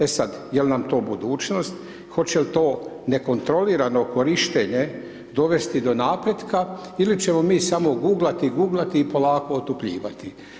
E sad, jel' nam to budućnost, hoće li to nekontrolirano korištenje dovesti do napretka ili ćemo mi samo guglati, guglati i polako otupljivati.